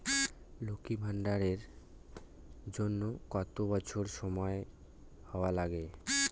লক্ষী ভান্ডার এর জন্যে কতো বছর বয়স হওয়া লাগে?